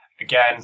again